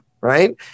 right